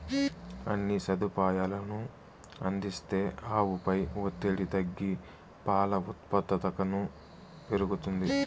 అన్ని సదుపాయాలనూ అందిస్తే ఆవుపై ఒత్తిడి తగ్గి పాల ఉత్పాదకతను పెరుగుతుంది